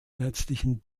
herzlichen